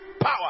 power